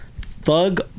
Thug